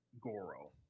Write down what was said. Goro